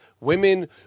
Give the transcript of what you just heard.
women